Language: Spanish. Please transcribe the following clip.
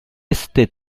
este